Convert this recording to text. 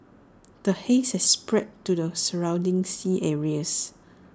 the haze has spread to the surrounding sea areas